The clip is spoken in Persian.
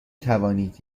توانید